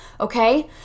Okay